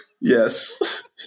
Yes